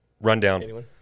Rundown